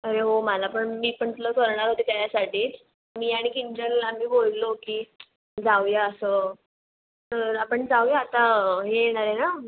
अरे हो मला पण मी पण तुला करणार होते त्याच्यासाठीच मी आणि किंजल आम्ही बोललो की जाऊया असं तर आपण जाऊया आता हे येणार आहे ना